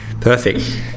Perfect